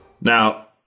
now